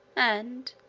and,